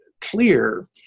clear